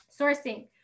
sourcing